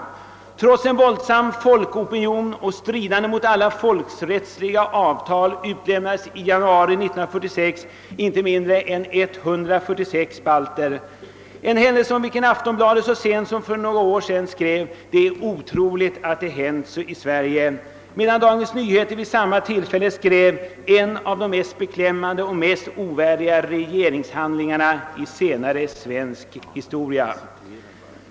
Men trots en våldsam folkopinion och i strid mot alla folkrättsliga avtal utlämnades i januari 1946 inte mindre än 146 balter, en händelse om vilken Aftonbladet så sent som för några år sedan skrev: »Det är otroligt att det hänt i Sverige.» Dagens Nyheter skrev vid samma tillfälle att utlämningen var en av de mest beklämmande och mest ovärdiga regeringshandlingarna i senare svensk historia.